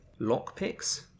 Lockpicks